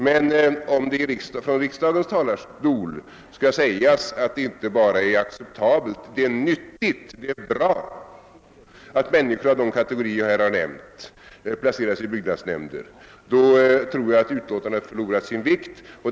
Men om det från riksdagens talarstol sägs att det är inte bara acceptabelt utan nyttigt och bra att människor av de kategorier som jag här har nämnt placeras i byggnadsnämnder, tror jag att utskottsutlåtandet har förlorat sin betydelse.